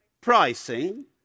pricing